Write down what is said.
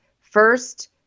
first